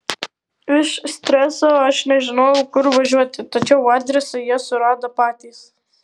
iš streso aš nežinojau kur važiuoti tačiau adresą jie surado patys